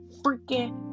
freaking